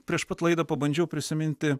prieš pat laidą pabandžiau prisiminti